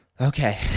okay